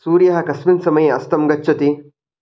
सूर्यः कस्मिन् समये अस्तं गच्छति